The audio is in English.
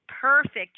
perfect